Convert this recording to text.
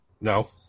No